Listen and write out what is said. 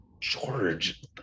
George